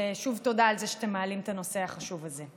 ושוב, תודה על זה שאתם מעלים את הנושא החשוב הזה.